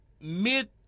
mid